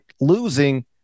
losing